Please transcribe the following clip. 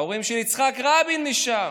ההורים של יצחק רבין משם.